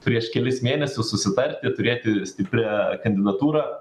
prieš kelis mėnesius susitarti turėti stiprią kandidatūrą